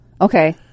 Okay